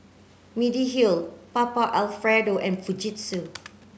Mediheal Papa Alfredo and Fujitsu